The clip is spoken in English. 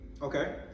Okay